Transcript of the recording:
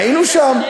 היינו שם.